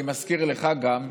אני מזכיר לך, גם,